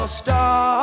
star